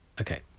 okay